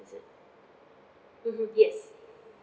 is it mmhmm yes